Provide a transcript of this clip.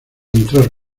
entrar